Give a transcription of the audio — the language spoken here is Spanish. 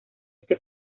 este